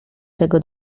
tego